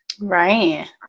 Right